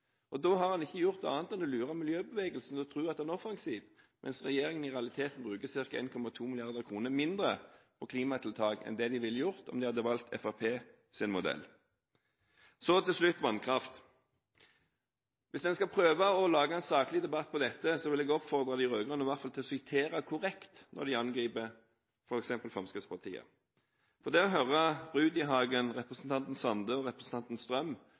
måten. Da har man ikke gjort annet enn å lure miljøbevegelsen til å tro at man er offensiv, mens regjeringen i realiteten bruker ca. 1,2 mrd. kr mindre på klimatiltak enn det de ville gjort om de hadde valgt Fremskrittspartiets modell. Så til slutt til vannkraft: Hvis en skal prøve å ha en saklig debatt om dette, vil jeg oppfordre de rød-grønne til i hvert fall å sitere korrekt når de angriper f.eks. Fremskrittspartiet. Når en hører representanten Rudihagen, representanten Sande og representanten Strøm,